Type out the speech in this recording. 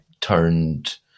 turned